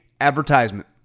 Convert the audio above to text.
advertisement